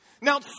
Now